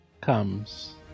comes